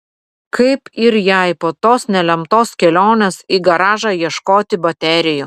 kaip ir jai po tos nelemtos kelionės į garažą ieškoti baterijų